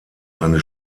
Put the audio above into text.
eine